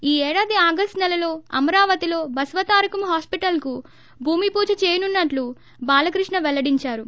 ఈ ఏడాది ఆగస్టు నెలలో అమరావతిలో బసవతారకం హాస్పీటల్కు భూమి చేయనున్నట్లు బాలకృష్ణ పెల్లడించారు